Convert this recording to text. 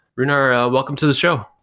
runar, ah welcome to the show.